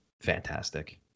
Fantastic